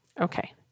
Okay